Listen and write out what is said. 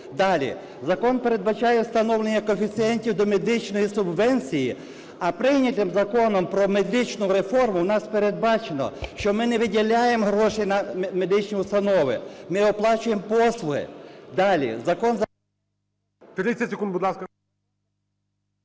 Далі. Закон передбачає встановлення коефіцієнтів до медичної субвенції, а прийнятим законом про медичну реформу у нас передбачено, що ми не вділяємо гроші на медичні установи, ми оплачуємо послуги. Далі. Закон…